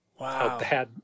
Wow